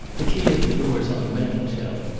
the key of the door's on the mantelshelf.